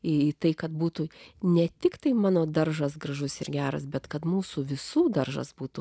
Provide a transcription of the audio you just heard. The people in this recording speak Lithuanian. į tai kad būtų ne tiktai mano daržas gražus ir geras bet kad mūsų visų daržas būtų